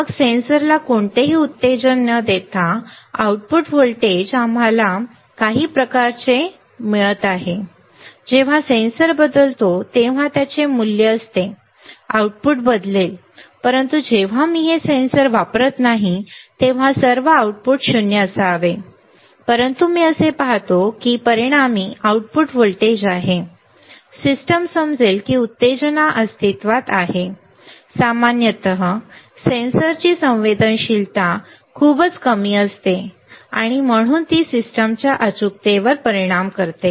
मग सेन्सरला कोणतेही उत्तेजन न देता आउटपुट व्होल्टेज आम्हाला काही प्रकारचे आउटपुट व्होल्टेज मिळत आहे जेव्हा सेन्सर बदलतो तेव्हा त्याचे मूल्य असते आउटपुट बदलेल परंतु जेव्हा मी हे सेन्सर वापरत नाही तेव्हा सर्व आउटपुट 0 असावे परंतु मी पाहतो की परिणामी आउटपुट व्होल्टेज आहे सिस्टम समजेल की उत्तेजना अस्तित्वात आहे सामान्यत सेन्सरची संवेदनशीलता खूपच कमी असते आणि म्हणूनच ती सिस्टमच्या अचूकतेवर परिणाम करते